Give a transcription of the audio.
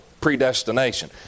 predestination